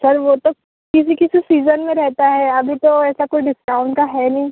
sir वह तो किसी किसी सीज़न में रहेता है अभी तो ऐसा कोई डिस्काउंट का है नहीं